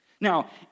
Now